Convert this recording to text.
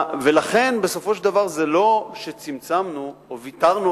ולכן בסופו של דבר זה לא שצמצמנו או ויתרנו